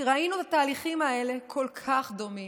כי ראינו את התהליכים האלה, כל כך דומים,